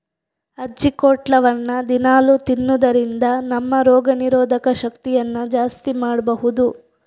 ಅಜ್ಜಿಕೊಟ್ಲವನ್ನ ದಿನಾಲೂ ತಿನ್ನುದರಿಂದ ನಮ್ಮ ರೋಗ ನಿರೋಧಕ ಶಕ್ತಿಯನ್ನ ಜಾಸ್ತಿ ಮಾಡ್ಬಹುದು